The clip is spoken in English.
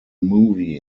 movie